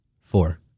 Four